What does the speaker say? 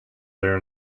there